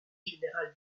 générale